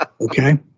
okay